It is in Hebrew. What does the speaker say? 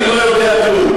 אני לא יודע כלום.